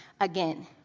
again